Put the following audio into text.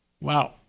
Wow